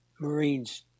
Marines